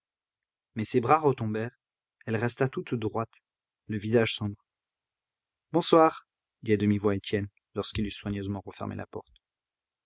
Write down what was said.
mais ses bras retombèrent elle resta toute droite le visage sombre bonsoir dit à demi-voix étienne lorsqu'il eut soigneusement refermé la porte